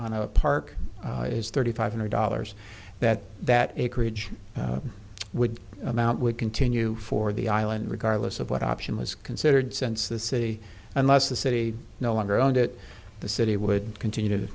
on a park is thirty five hundred dollars that that acreage would amount would continue for the island regardless of what option was considered since the city unless the city no longer owned it the city would continue to